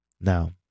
Now